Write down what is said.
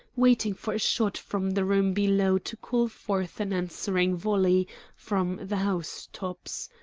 waiting for a shot from the room below to call forth an answering volley from the house-tops.